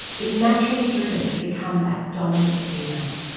is naturally driven to become that dominant female.